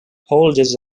holders